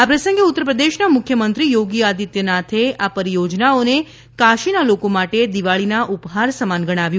આ પ્રસંગે ઉત્તરપ્રદેશના મુખ્યમંત્રી યોગી આદિત્યનાથે આ પરિયોજનાઓને કાશીના લોકો માટે દિવાળીના ઉપહાર સમાન ગણાવ્યું